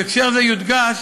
בהקשר זה יודגש